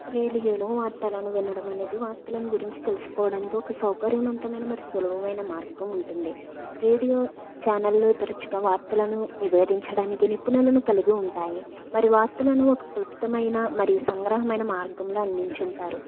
radio లో వార్తలను వినడం అనేది వార్తలను గురించి తెలుసుకోవడానికి ఒక సౌకర్యమంతమైన మరి సులభమైన మార్గం ఉంటుంది రేడియో ఛానల్ లో తరచుగా వార్తలను నివేదించడానికి నిపుణులను కలిగి ఉంటాయి మరి వార్తలను ఒక క్లుప్తమైన మరియు సంగ్రహమైన మార్గంలో అందించి ఉంటారు